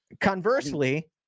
Conversely